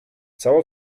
cała